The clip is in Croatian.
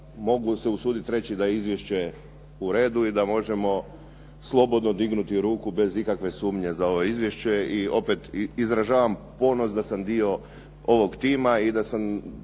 mogu usuditi reći da je izvješće uredu i da možemo slobodno dignuti ruku bez ikakve sumnje za ovo izvješće i opet izražavam ponos da sam dio ovog tima i da sam